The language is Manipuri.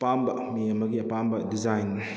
ꯄꯥꯝꯕ ꯃꯤ ꯑꯃꯒꯤ ꯑꯄꯥꯝꯕ ꯗꯤꯖꯥꯏꯟ